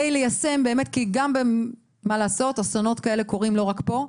כי אסונות קורים לא רק פה.